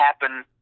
happen